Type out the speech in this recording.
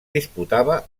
disputava